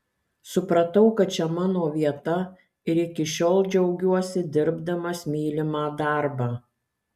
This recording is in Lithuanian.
supratau kad čia mano vieta ir iki šiol džiaugiuosi dirbdamas mylimą darbą